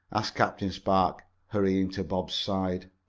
asked captain spark, hurrying to bob's side.